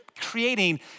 creating